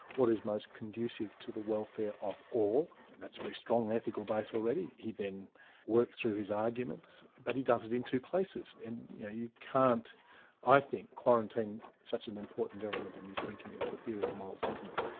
what is most conducive to the welfare of all, and that's a very strong ethical base already. he then works through his arguments, but he does it in two places. and you know you can't i think, quarantine such an important element in his thinking as the theory of moral sentiments,